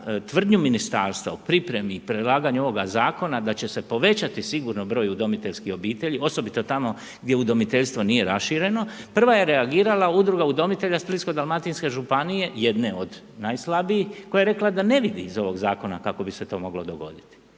tvrdnju Ministarstva o pripremi i predlaganju ovoga zakona da će se povećati sigurno broj udomiteljskih obitelji, osobito tamo gdje udomiteljstvo nije rašireno, prva je reagirala Udruga udomitelja Splitsko-dalmatinske županije jedne od najslabijih koja je rekla da ne vidi iz ovog zakona kako bi se to moglo dogoditi.